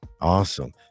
awesome